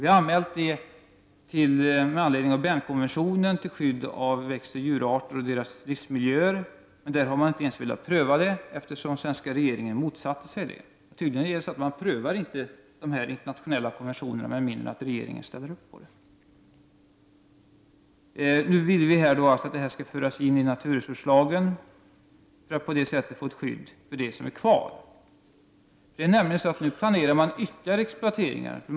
Vi har anmält ärendet för prövning enligt Bernkonventionen för skydd av växtoch djurarter och deras livsmiljöer, men man har inte ens velat pröva frågan, eftersom den svenska regeringen motsatte sig detta. Tydligen prövas inte brott mot de internationella konventionerna med mindre än att regeringen ställer sig bakom. Vi vill att Indalsälvens delta skall föras in i naturresurslagen för att på detta sätt få ett skydd för det som finns kvar. Man planerar nu nämligen ytterligare exploateringar.